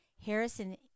Harrison